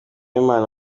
uwimana